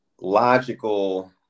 logical